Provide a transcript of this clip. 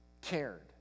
cared